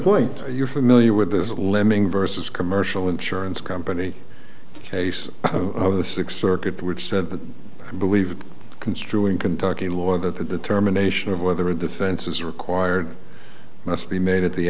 complaint you're familiar with this lemming versus commercial insurance company case of the six circuit which said that i believe construe in kentucky law that the terminations of whether a defense is required must be made at the